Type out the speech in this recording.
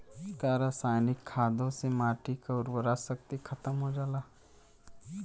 का रसायनिक खादों से माटी क उर्वरा शक्ति खतम हो जाला?